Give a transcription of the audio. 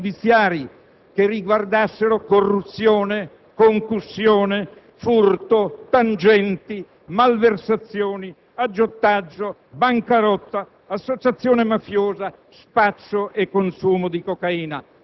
mai toccato da fatti giudiziari che riguardassero corruzione, concussione, furto, tangenti, malversazioni, aggiotaggio, bancarotta, associazione mafiosa,